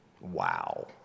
Wow